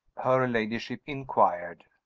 her ladyship inquired.